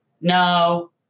No